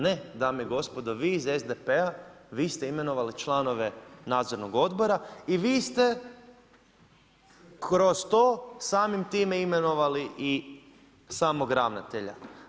Ne dame i gospodo, vi iz SDP-a vi ste imenovali članove Nadzornog odbora i vi ste kroz to samim time imenovali i samog ravnatelja.